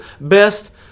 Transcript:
best